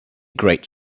great